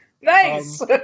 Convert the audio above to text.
Nice